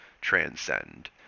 transcend